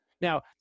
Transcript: Now